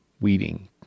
weeding